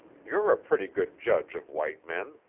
you're a pretty good judge of white men.